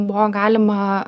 buvo galima